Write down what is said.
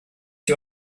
you